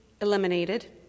eliminated